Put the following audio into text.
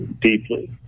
deeply